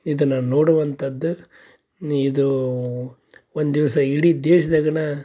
ಇದನ್ನು ನೋಡುವಂಥದ್ದು ಇದು ಒಂದು ದಿವಸ ಇಡೀ ದೇಶದಾಗನ